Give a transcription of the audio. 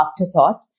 afterthought